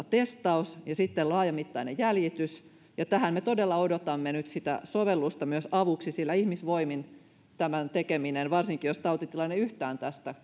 testaus ja sitten laajamittainen jäljitys ja tähän me todella odotamme nyt myös sitä sovellusta avuksi sillä ihmisvoimin tämän tekeminen varsinkin jos tautitilanne yhtään tästä